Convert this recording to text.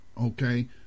okay